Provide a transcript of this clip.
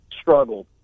struggled